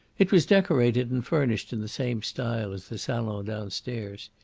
it was decorated and furnished in the same style as the salon downstairs,